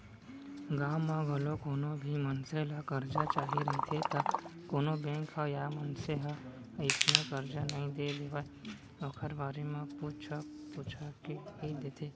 गाँव म घलौ कोनो भी मनसे ल करजा चाही रहिथे त कोनो बेंक ह या मनसे ह अइसने करजा नइ दे देवय ओखर बारे म पूछ पूछा के ही देथे